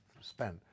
spent